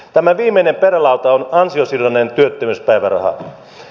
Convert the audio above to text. tämä viimeinen perälauta on ansio sidonnainen työttömyyspäiväraha